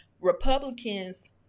Republicans